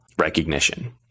recognition